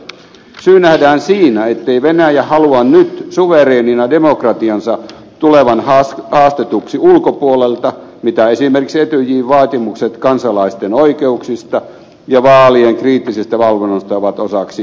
syy nähdään siinä ettei venäjä halua nyt suvereenina demokratiansa tulevan haastetuksi ulkopuolelta mitä esimerkiksi etyjin vaatimukset kansalaisten oikeuksista ja vaalien kriittisestä valvonnasta ovat osaksi merkinneet